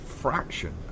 fraction